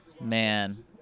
Man